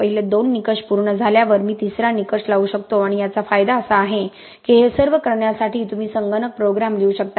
पहिले दोन निकष पूर्ण झाल्यावर मी तिसरा निकष लावू शकतो आणि याचा फायदा असा आहे की हे सर्व करण्यासाठी तुम्ही संगणक प्रोग्राम लिहू शकता